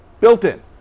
Built-in